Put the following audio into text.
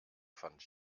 fand